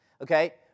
Okay